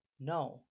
No